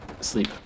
sleep